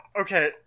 okay